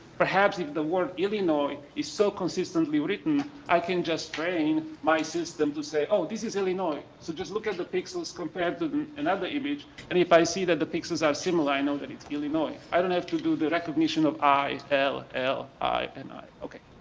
perhaps if the word illinois is so consistently written i can just train my system to say oh this is illinois so just look the pixels compared to another image and if i see that the pixels are similar i know that it is illinois i don't have to do the recognition of i l l i and i ok.